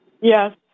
Yes